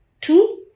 Two